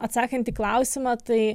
atsakant į klausimą tai